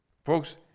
Folks